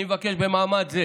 אני מבקש במעמד זה